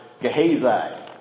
Gehazi